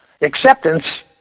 acceptance